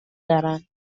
دارن